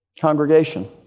congregation